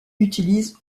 utilisent